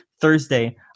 thursday